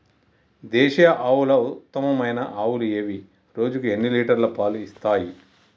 దేశీయ ఆవుల ఉత్తమమైన ఆవులు ఏవి? రోజుకు ఎన్ని లీటర్ల పాలు ఇస్తాయి?